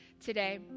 today